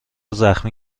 زخمی